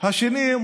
השני,